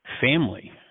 family